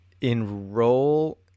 enroll